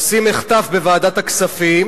עושים מחטף בוועדת הכספים